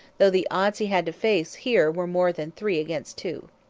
though the odds he had to face here were more than three against two.